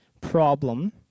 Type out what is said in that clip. problem